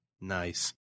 Nice